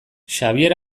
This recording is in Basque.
xabier